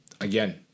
again